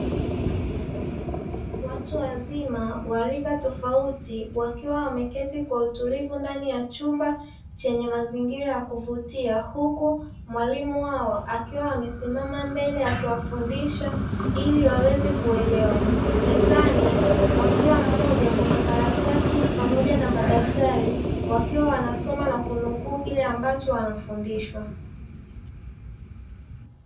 Watu wazima wa rika tofauti wakiwa wameketi kwa utulivu ndani ya chumba chenye mazingira ya kuvutia, huku mwalimu wao akiwa amesimama mbele akiwafundisha ili waweze kuelewa; mezani mwa kila mmoja kuna karatasi pamoja na madaktari wakiwa wanasoma na kunukuu kile ambacho wanafundishwa.